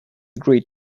great